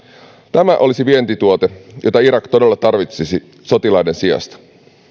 tämä olisi vientituote jota irak todella tarvitsisi sotilaiden sijasta